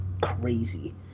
crazy